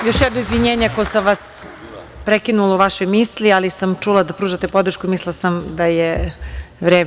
Još jedno izvinjenje ako sam vas prekinula u vašoj misli, ali sam čula da pružate podršku i mislila sam da je vreme.